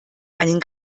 einen